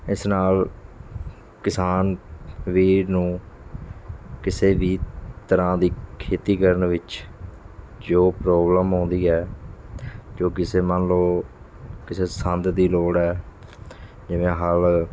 ਇਸ ਨਾਲ ਕਿਸਾਨ ਵੀਰ ਨੂੰ ਕਿਸੇ ਵੀ ਤਰ੍ਹਾਂ ਦੀ ਖੇਤੀ ਕਰਨ ਵਿੱਚ ਜੋ ਪ੍ਰੋਬਲਮ ਆਉਂਦੀ ਹੈ ਜੋ ਕਿਸੇ ਮੰਨ ਲਓ ਕਿਸੇ ਸੰਦ ਦੀ ਲੋੜ ਹੈ ਜਿਵੇਂ ਹਲ